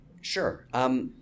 sure